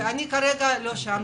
אני עוד לא שם.